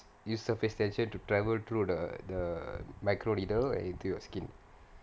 use surface tension to travel through the the micro needle into your skin